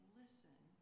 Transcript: listen